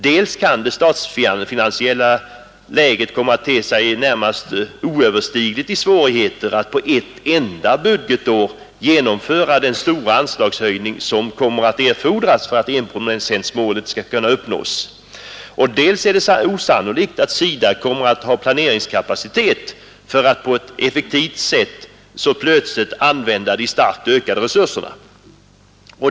Dels kan det statsfinansiellt komma att te sig närmast oöverstigligt att på ett enda budgetår genomföra den stora anslagshöjning som kommer att erfordras för att enprocentsmålet skall uppnås, dels är det osannolikt att SIDA kommer att ha planeringskapacitet för att på ett effektivt sätt använda de plötsligt starkt ökade resurserna.